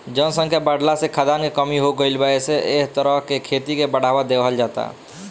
जनसंख्या बाढ़ला से खाद्यान के कमी हो गईल बा एसे एह तरह के खेती के बढ़ावा देहल जाता